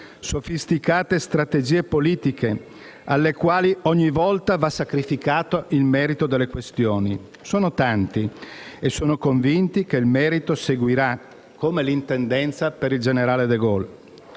sofisticate strategie politiche alle quali ogni volta va sacrificato il merito delle questioni? Sono tanti e sono convinti che il merito seguirà (come l'intendenza per il generale de Gaulle),